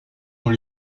dans